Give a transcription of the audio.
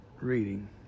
reading